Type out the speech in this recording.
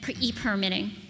e-permitting